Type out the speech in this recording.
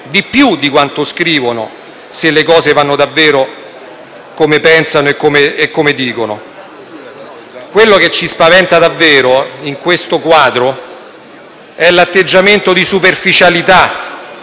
più di quanto scrivono, se le cose andranno davvero come pensano e come dicono. Quello che ci spaventa davvero in questo quadro è l'atteggiamento di superficialità,